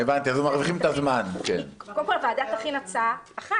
הוועדה תכין הצעה אחת,